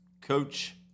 Coach